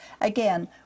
Again